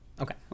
Okay